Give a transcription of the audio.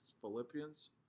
Philippians